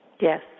Yes